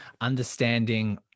understanding